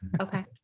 Okay